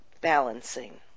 balancing